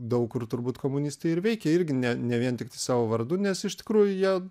daug kur turbūt komunistai ir veikė irgi ne ne vien tiktai savo vardu nes iš tikrųjų jie